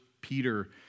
Peter